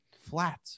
flat